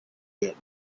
good